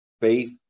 faith